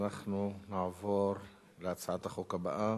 אנחנו נעבור להצעת החוק הבאה,